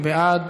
מי בעד?